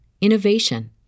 innovation